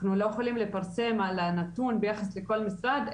אנחנו לא יכולים לפרסם על הנתון ביחס לכל משרד,